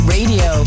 Radio